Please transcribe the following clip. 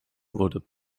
wurde